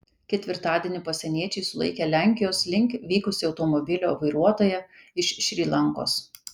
ketvirtadienį pasieniečiai sulaikė lenkijos link vykusį automobilio vairuotoją iš šri lankos